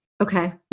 Okay